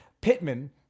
Pittman